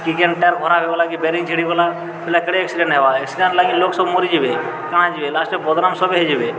କିି କେନ୍ ଟାୟାର୍ ଖରାପ୍ ହେଇଗଲା କି ବେରିଙ୍ଗ୍ ଛିଡ଼ିଗଲା ହେଲେ କେଡ଼େ ଏକ୍ସିଡ଼େଣ୍ଟ୍ ହେବା ଏକ୍ସିଡେଣ୍ଟ୍ ଲାଗି ଲୋକ୍ ସବ୍ ମରିଯିବେ କା'ଣା ବେଲେ ଲାଷ୍ଟ୍କେ ବଦ୍ନାମ୍ ସଭେ ହେଇଯିବେ